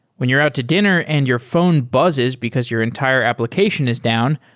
when you're out to dinner and your phone buzzes because your entire application is down,